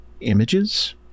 images